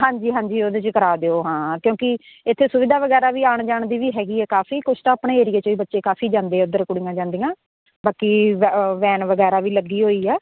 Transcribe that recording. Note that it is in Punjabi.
ਹਾਂਜੀ ਹਾਂਜੀ ਉਹਦੇ 'ਚ ਕਰਾਂ ਦਿਓ ਹਾਂ ਕਿਉਂਕਿ ਇੱਥੇ ਸੁਵਿਧਾ ਵਗੈਰਾ ਵੀ ਆਉਣ ਜਾਣ ਦੀ ਵੀ ਹੈਗੀ ਆ ਕਾਫੀ ਕੁਛ ਤਾਂ ਆਪਣੇ ਏਰੀਏ 'ਚ ਵੀ ਬੱਚੇ ਕਾਫੀ ਜਾਂਦੇ ਆ ਉੱਧਰ ਕੁੜੀਆਂ ਜਾਂਦੀਆਂ ਬਾਕੀ ਵ ਵੈਨ ਵਗੈਰਾ ਵੀ ਲੱਗੀ ਹੋਈ ਆ